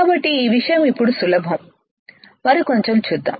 కాబట్టి ఈ విషయం ఇప్పుడు సులభం మరి కొంచం చూద్దాం